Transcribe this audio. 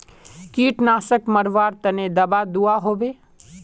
कीटनाशक मरवार तने दाबा दुआहोबे?